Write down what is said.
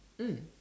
mm